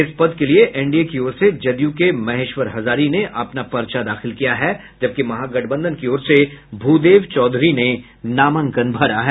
इस पद के लिए एनडीए की ओर से जदयू के महेश्वर हजारी ने अपना पर्चा दाखिल किया है जबकि महागठबंधन की ओर से भूदेव चौधरी ने नामांकन भरा है